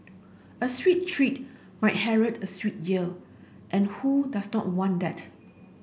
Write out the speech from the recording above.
a sweet treat might herald a sweet year and who does not want that